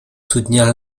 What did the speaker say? soutenir